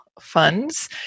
funds